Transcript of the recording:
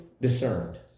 discerned